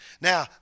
Now